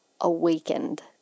awakened